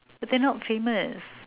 they're not famous